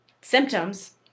symptoms